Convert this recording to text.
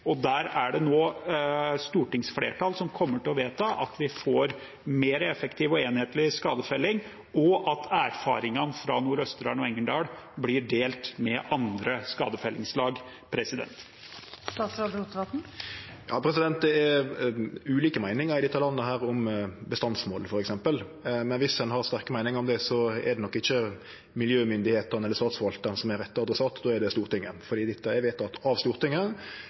og der er det nå et stortingsflertall som kommer til å vedta at vi får mer effektiv og enhetlig skadefelling, og at erfaringene fra Nord-Østerdal og Engerdal blir delt med andre skadefellingslag. Det er ulike meiningar i dette landet om bestandsmålet, f.eks. Men dersom ein har sterke meiningar om det, er det nok ikkje miljømyndigheitene eller Statsforvalteren som er rett adressat, då er det Stortinget, for dette er vedteke av Stortinget.